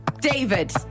David